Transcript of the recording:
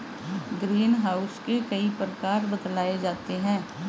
green house के कई प्रकार बतलाए जाते हैं